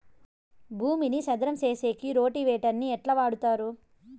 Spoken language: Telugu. భూమిని చదరం సేసేకి రోటివేటర్ ని ఎట్లా వాడుతారు?